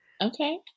Okay